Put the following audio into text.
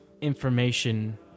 information